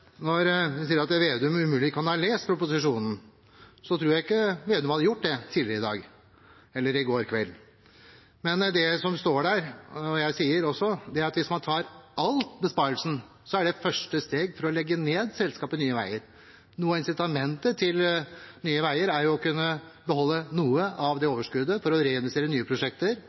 Når man sier at Slagsvold Vedum umulig kan ha lest proposisjonen, tror jeg ikke han hadde gjort det tidligere i dag eller i går kveld. Det som står der, og som jeg også sier, er at hvis man tar all besparelsen, er det første steg for å legge ned selskapet Nye Veier. Noe av incitamentet til Nye Veier er jo å kunne beholde noe av det overskuddet for å reinvestere i nye prosjekter.